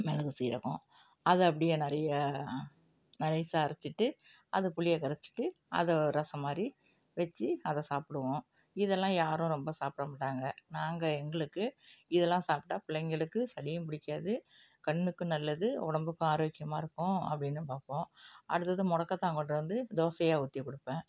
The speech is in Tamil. மிளகு சீரகம் அது அப்படியே நிறைய நைசாக அரச்சுட்டு அது புளியை கரச்சுட்டு அதை ரசம் மாதிரி வெச்சு அதை சாப்டுவோம் இதெல்லாம் யாரும் ரொம்ப சாப்பிட மாட்டாங்க நாங்கள் எங்களுக்கு இதெல்லாம் சாப்பிட்டா பிள்ளைகளுக்கு சளியும் பிடிக்காது கண்ணுக்கு நல்லது உடம்புக்கும் ஆரோக்கியமாக இருக்கும் அப்படின்னு பார்ப்போம் அடுத்தது மொடக்கத்தான் கொண்டு வந்து தோசையாக ஊற்றி கொடுப்பேன்